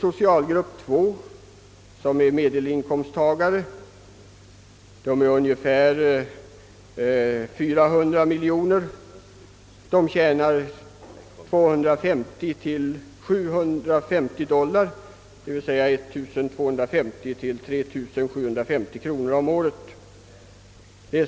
Socialgrupp 2, medelinkomsttagare, består av ungefär 400 miljoner människor som tjänar 1250—3 750 kronor om året.